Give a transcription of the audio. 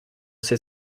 ces